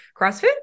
CrossFit